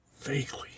Vaguely